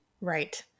right